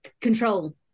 control